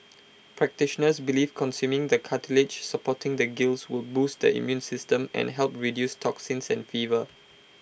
practitioners believe consuming the cartilage supporting the gills will boost the immune system and help reduce toxins and fever